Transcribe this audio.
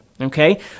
okay